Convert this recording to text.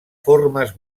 formes